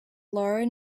lara